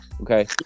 okay